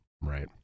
Right